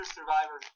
Survivor